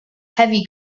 heavy